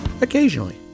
occasionally